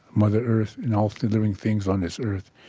mother earth and all living things on this earth.